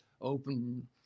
open